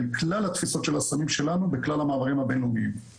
אל כלל התפיסות של הסמים שלנו בכלל המעברים הבין-לאומיים.